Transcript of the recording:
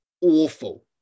awful